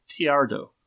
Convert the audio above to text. Tiardo